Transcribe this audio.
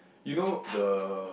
you know the